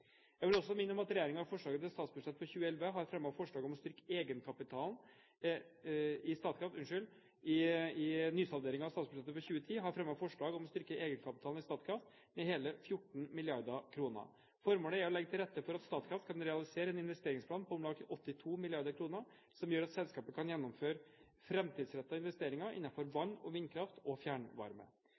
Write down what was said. Jeg vil også minne om at regjeringen i nysalderingen av statsbudsjettet for 2010 har fremmet forslag om å styrke egenkapitalen i Statkraft med hele 14 mrd. kr. Formålet er å legge til rette for at Statkraft kan realisere en investeringsplan på om lag 82 mrd. kr, som gjør at selskapet kan gjennomføre framtidsrettede investeringer innenfor vann- og vindkraft og fjernvarme.